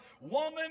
Woman